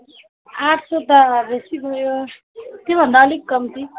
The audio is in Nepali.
आठ सय त बेसी भयो त्योभन्दा अलिक कम्ती